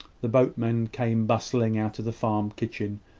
the boatmen came bustling out of the farm-kitchen,